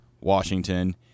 Washington